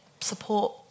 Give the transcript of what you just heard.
support